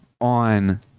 on